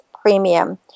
premium